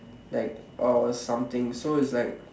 like or something so it's like